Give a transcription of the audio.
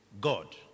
God